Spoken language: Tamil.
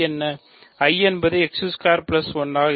I என்பது 1 ஆக இருக்கும்